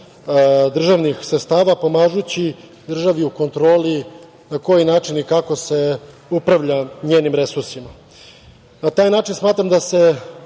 državnih sredstava, pomažući državi u kontroli na koji način i kako se upravlja njenim resursima. Na taj način smatram da se